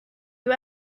you